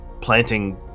planting